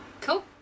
Cool